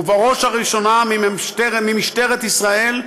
ובראש ובראשונה ממשטרת ישראל,